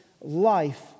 life